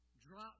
drop